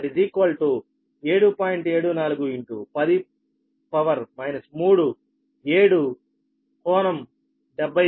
4 7